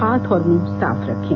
हाथ और मुंह साफ रखें